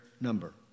number